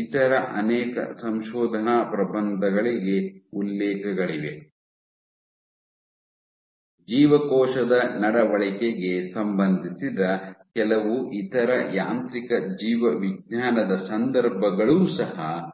ಇತರ ಅನೇಕ ಸಂಶೋಧನಾ ಪ್ರಬಂಧಗಳಿಗೆ ಉಲ್ಲೇಖಗಳಿವೆ ಜೀವಕೋಶದ ನಡವಳಿಕೆಗೆ ಸಂಬಂಧಿಸಿದ ಕೆಲವು ಇತರ ಯಾಂತ್ರಿಕ ಜೀವವಿಜ್ಞಾನದ ಸಂದರ್ಭಗಳು ಸಹ ಇವೆ